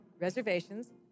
reservations